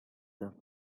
nak